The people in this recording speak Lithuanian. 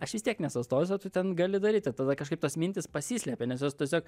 aš vis tiek nesustosiu o tu ten gali daryti tada kažkaip tos mintys pasislepia nes jos tiesiog